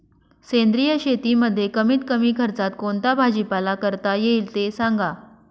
सेंद्रिय शेतीमध्ये कमीत कमी खर्चात कोणता भाजीपाला करता येईल ते सांगा